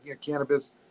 cannabis